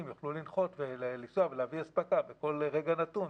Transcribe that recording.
יוכלו לטוס ולהביא אספקה בכל רגע נתון,